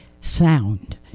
sound